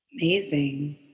Amazing